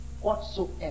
Whatsoever